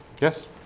Yes